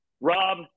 Rob